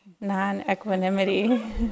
Non-equanimity